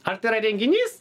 ar tai yra renginys